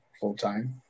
full-time